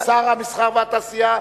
לשר המסחר והתעשייה,